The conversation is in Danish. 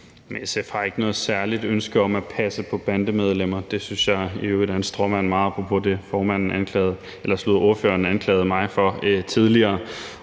SF har ikke noget særligt ønske om at passe på bandemedlemmer. Det synes jeg i øvrigt er en stråmand – apropos det, som ordføreren anklagede mig for tidligere.